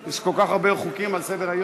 יש כל כך הרבה חוקים על סדר-היום.